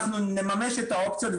אנחנו נממש את האופציות.